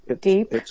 Deep